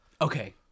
Okay